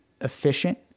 efficient